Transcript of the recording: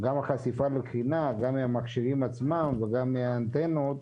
גם החשיפה לקרינה, גם מהמכשירים עצמם וגם מהאנטנות